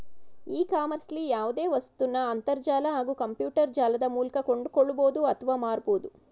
E ಕಾಮರ್ಸ್ಲಿ ಯಾವ್ದೆ ವಸ್ತುನ ಅಂತರ್ಜಾಲ ಹಾಗೂ ಕಂಪ್ಯೂಟರ್ಜಾಲದ ಮೂಲ್ಕ ಕೊಂಡ್ಕೊಳ್ಬೋದು ಅತ್ವ ಮಾರ್ಬೋದು